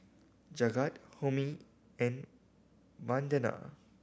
Jagat Homi and Vandana